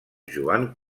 joan